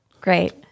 Great